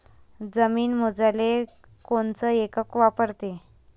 जमीन मोजाले कोनचं एकक वापरते?